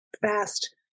fast